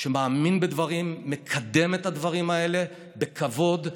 שמאמין בדברים, מקדם את הדברים האלה בכבוד,